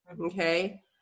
Okay